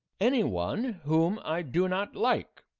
any one whom i do not like.